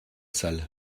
salle